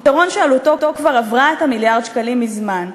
פתרון שעלותו כבר עברה את מיליארד השקלים מזמן: